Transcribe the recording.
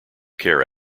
care